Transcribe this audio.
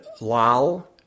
lol